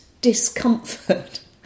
discomfort